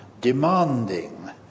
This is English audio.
demanding